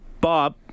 Bob